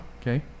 Okay